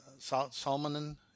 Salmanen